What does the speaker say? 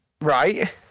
right